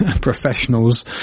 professionals